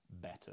better